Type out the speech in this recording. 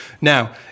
Now